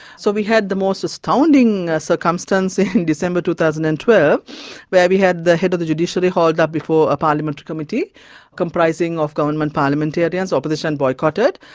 so we had the most astounding circumstance in december two thousand and twelve where we had the head of the judiciary hauled up before a parliamentary committee comprising of government parliamentarians, opposition boycotted,